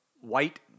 white